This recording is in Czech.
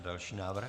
Další návrh?